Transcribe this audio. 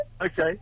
Okay